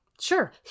Sure